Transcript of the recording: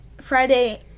Friday